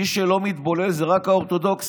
מי שלא מתבולל זה רק האורתודוקסים.